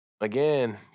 again